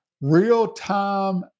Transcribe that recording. real-time